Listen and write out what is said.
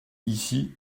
ici